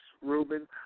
Ruben